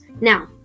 Now